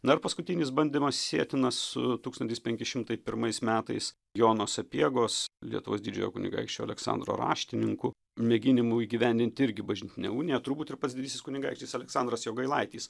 na ir paskutinis bandymas sietinas su tūkstantis penki šimtai pirmais metais jono sapiegos lietuvos didžiojo kunigaikščio aleksandro raštininku mėginimu įgyvendint irgi bažnytinę uniją turbūt ir pats didysis kunigaikštis aleksandras jogailaitis